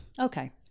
Okay